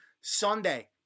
Sunday